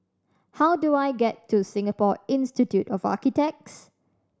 how do I get to Singapore Institute of Architects